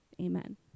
amen